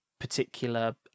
particular